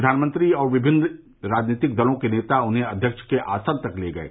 प्रधानमंत्री और विभिन्न दलों के नेता उन्हें अध्यक्ष के आसन तक ले गये